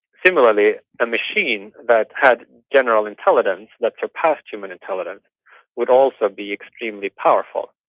similarly a machine that had general intelligence that surpassed human intelligence would also be extremely powerful.